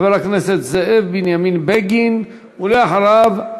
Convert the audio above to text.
חבר הכנסת זאב בנימין בגין, ולאחריו,